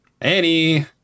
Annie